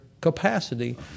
capacity